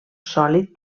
sòlid